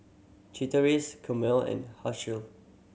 Chateraise Camel and Herschel